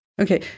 Okay